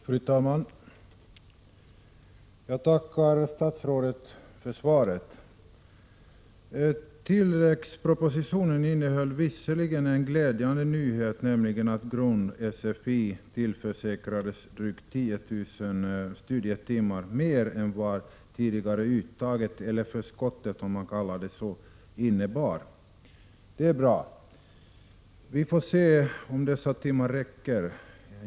Fru talman! Jag tackar statsrådet för svaret. Tilläggspropositionen innehöll visserligen en glädjande nyhet, nämligen att grund-SFI tillförsäkrades drygt 10 000 studietimmar mer än vad tidigareuttaget eller ”förskottet” innebar, och det är bra. Men vi får se om dessa timmar räcker.